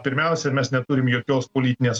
pirmiausia mes neturim jokios politinės